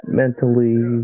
mentally